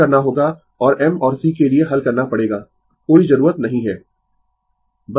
put करना होगा और m और c के लिए हल करना पड़ेगा कोई जरूरत नहीं है